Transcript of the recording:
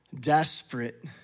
desperate